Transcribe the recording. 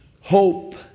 hope